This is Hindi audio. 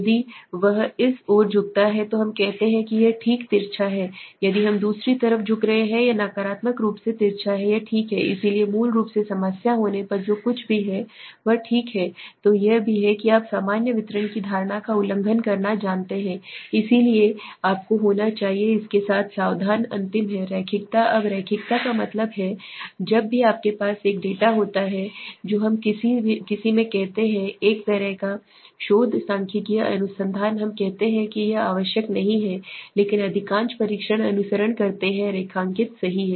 यदि वह इस ओर झुकता है तो हम कहते हैं कि यह ठीक तिरछा है यदि हम दूसरी तरफ झुक रहे हैं यह नकारात्मक रूप से तिरछा है यह ठीक है इसलिए मूल रूप से समस्या होने पर जो कुछ भी है वह ठीक है तो यह भी है कि आप सामान्य वितरण की धारणा का उल्लंघन करना जानते हैं इसलिए आपको होना चाहिए इसके साथ सावधान अंतिम है रैखिकता अब रैखिकता का मतलब है जब भी आपके पास एक डेटा होता है जो हम किसी में कहते हैं एक तरह का शोध सांख्यिकीय अनुसंधान हम कहते हैं कि यह आवश्यक नहीं है लेकिन अधिकांश परीक्षण अनुसरण करते हैं रैखिकता सही है